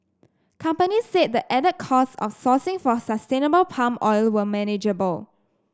companies said the added costs of sourcing for sustainable palm oil were manageable